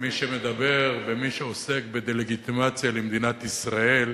ומי שמדבר ומי שעוסק בדה-לגיטימציה למדינת ישראל,